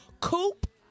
Coop